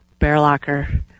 Bearlocker